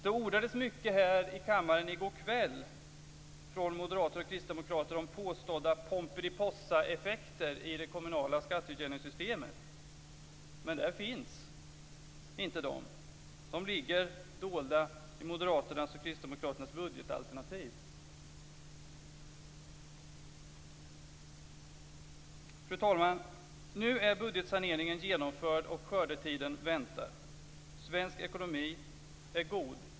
Det ordades mycket här i kammaren i går kväll från moderater och kristdemokrater om påstådda Pomperipossaeffekter i det kommunala skatteutjämningssystemet men där finns inte de; de ligger dolda i Moderaternas och Kristdemokraternas budgetalternativ. Fru talman! Nu är budgetsaneringen genomförd och skördetiden väntar. Svensk ekonomi är god.